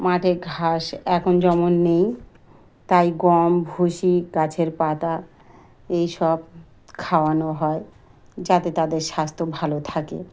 মাঠে ঘাস এখন যেমন নেই তাই গম ভুসি গাছের পাতা এই সব খাওয়ানো হয় যাতে তাদের স্বাস্থ্য ভালো থাকে